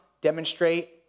demonstrate